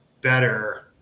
better